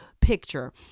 picture